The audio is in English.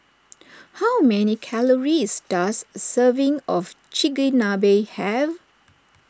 how many calories does a serving of Chigenabe have